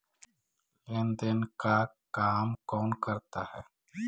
लेन देन का काम कौन करता है?